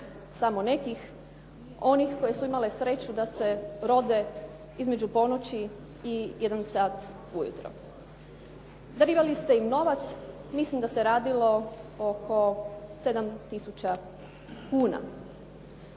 samo nekih, one koji su imale sreću da se rode između ponoći i jedan sat ujutro. Darivali ste im novac, mislim da se radilo oko 7 tisuća